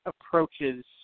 approaches